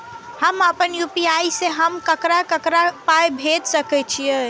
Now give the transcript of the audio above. हम आपन यू.पी.आई से हम ककरा ककरा पाय भेज सकै छीयै?